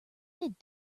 mid